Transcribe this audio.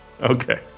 Okay